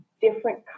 different